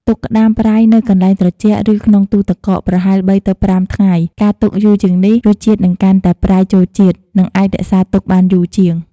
ទុកក្ដាមប្រៃនៅ កន្លែងត្រជាក់ ឬក្នុងទូទឹកកក ប្រហែល ៣ ទៅ ៥ ថ្ងៃ ការទុកយូរជាងនេះ រសជាតិនឹងកាន់តែប្រៃចូលជាតិ និងអាចរក្សាទុកបានយូរជាង។